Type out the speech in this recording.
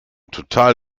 total